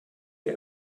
der